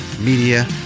Media